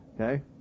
Okay